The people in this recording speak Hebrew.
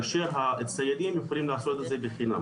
כאשר הציידים יכולים לעשות את זה בחינם.